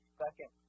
second